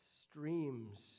streams